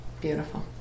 Beautiful